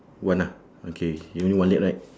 one ah okay you only one leg right